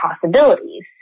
possibilities